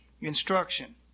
instruction